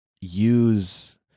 use